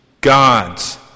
God's